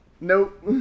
Nope